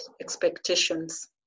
expectations